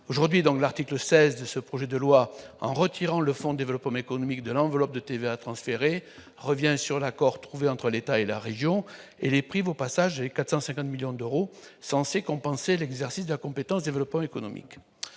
aujourd'hui, donc, l'article 16 de ce projet de loi en retirant le fond développe homme économique de l'enveloppe de TVA transféré revient sur l'accord trouvé entre l'État et la région et les prive au passage et 450 millions d'euros censés compenser l'exercice d'incompétence, développement économique,